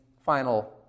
final